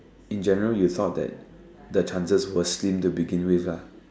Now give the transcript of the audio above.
in general you thought that the chances were slim to begin with ah